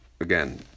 again